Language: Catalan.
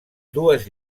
dues